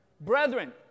Brethren